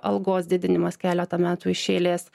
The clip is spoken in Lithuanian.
algos didinimas keletą metų iš eilės